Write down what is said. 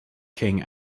king